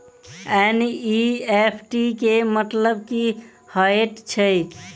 NEFT केँ मतलब की हएत छै?